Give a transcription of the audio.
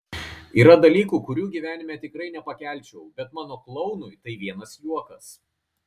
yra dalykų kurių gyvenime tikrai nepakelčiau bet mano klounui tai vienas juokas